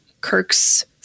Kirk's